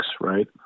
right